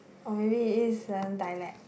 or maybe it's a dialect